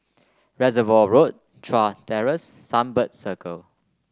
Reservoir Road Chuan Terrace Sunbird Circle